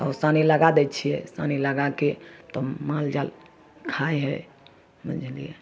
तऽ सानी लगा दै छिए सानी लगाके तब माल जाल खाइ हइ बुझलिए